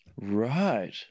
right